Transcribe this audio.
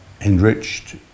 enriched